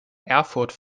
erfurt